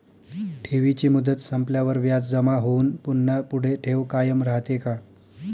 ठेवीची मुदत संपल्यावर व्याज जमा होऊन पुन्हा पुढे ठेव कायम राहते का?